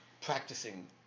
practicing